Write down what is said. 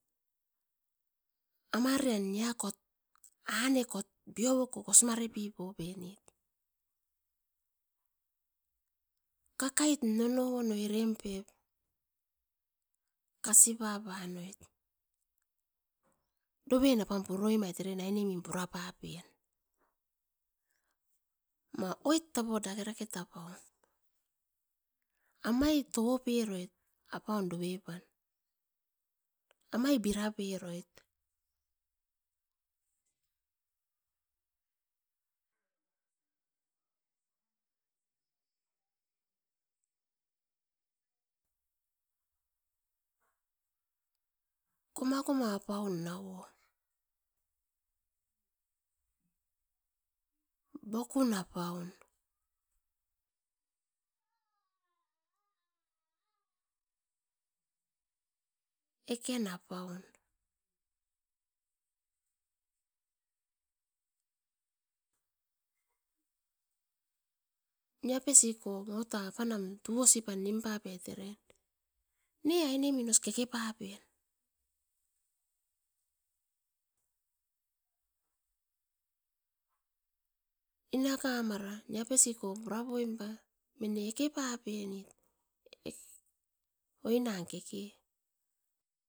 Amarian niakot anekot kosinga repo penit, kakait nonoi eren pep kasi papa noit, doven apan puroi mait eren pura papien. Ma oit tapo dakere tapaum, amai tope roit apun dovepan, amai bira peroit, koma apaun nauo, bokun apaun, eken apaun, nia pesiko apan tousi pam nim papeait ne aine min oskeke pane inaka mara nia pesi ko pura poim pa mine eke pape nit, oinan keke.